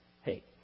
Hey